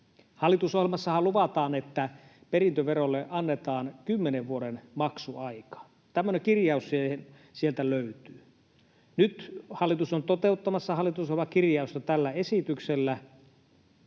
Hallitusohjelmassahan luvataan, että perintöverolle annetaan kymmenen vuoden maksuaika. Tämmöinen kirjaus sieltä löytyy. Nyt hallitus on toteuttamassa hallitusohjelmakirjausta tällä esityksellä,